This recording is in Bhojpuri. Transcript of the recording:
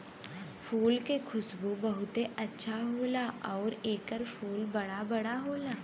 फूल के खुशबू बहुते अच्छा होला आउर एकर फूल बड़ा बड़ा होला